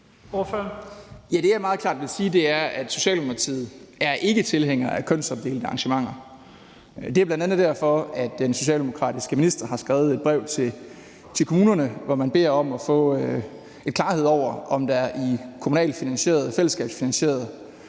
det, jeg meget klart vil sige, er, at Socialdemokratiet ikke er tilhængere af kønsopdelte arrangementer. Det er bl.a. derfor, at en socialdemokratisk minister har skrevet et brev til kommunerne, hvor man beder om at få en klarhed over, om der i kommunalt finansierede, fællesskabsfinansierede